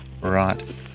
Right